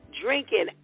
drinking